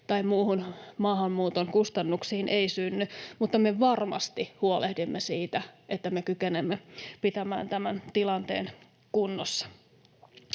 tai muihin maahanmuuton kustannuksiin ei synny. Mutta me varmasti huolehdimme siitä, että me kykenemme pitämään tämän tilanteen kunnossa.